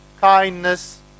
kindness